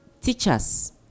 teachers